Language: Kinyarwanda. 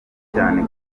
cyane